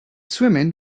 swimming